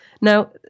Now